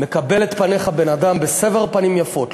מקבל את פניך בן-אדם בסבר פנים יפות,